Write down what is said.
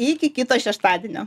iki kito šeštadienio